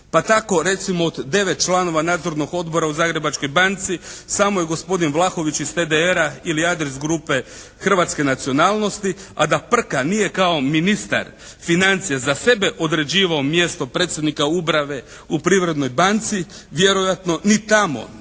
Pa tako recimo od 9 članova nadzornog odbora u Zagrebačkoj banci samo je gospodin Vlahović iz TDR-a ili Adris grupe hrvatske nacionalnosti. A da Prka nije kao ministar financija za sebe određivao mjesto predsjednika uprave u Privrednoj banci vjerojatno ni tamo